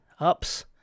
Ups